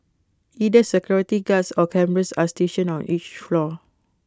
either security guards or cameras are stationed on each floor